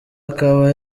akaba